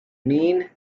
mean